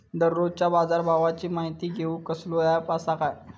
दररोजच्या बाजारभावाची माहिती घेऊक कसलो अँप आसा काय?